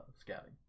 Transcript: scouting